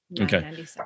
Okay